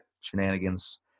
shenanigans